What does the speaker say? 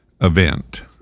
event